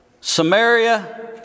Samaria